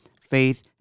faith